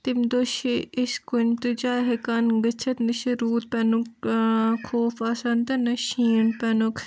تمہِ دۄہ چھِ أسۍ کُنہِ تہِ جایہِ ہیٚکان گٔژھتھ نہ چھُ روٗد پیٚنُک خوف آسان تہٕ نہ شیٖن پیٚنُک